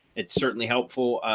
it's certainly helpful.